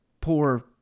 poor